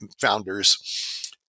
founders